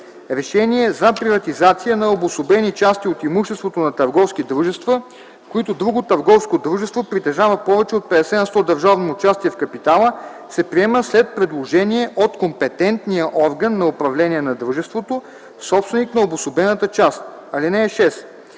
Решение за приватизация на обособени части от имуществото на търговски дружества, в които друго търговско дружество притежава повече от 50 на сто държавно участие в капитала, се приема след предложение от компетентния орган на управление на дружеството, собственик на обособената част. (6)